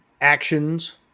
actions